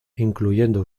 incluyendo